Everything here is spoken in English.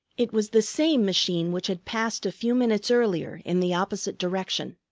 it was the same machine which had passed a few minutes earlier in the opposite direction.